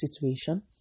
situation